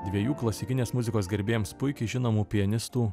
dviejų klasikinės muzikos gerbėjams puikiai žinomų pianistų